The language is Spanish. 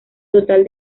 total